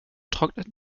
trocknet